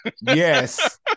Yes